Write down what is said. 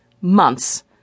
months